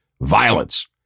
violence